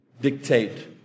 dictate